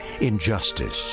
injustice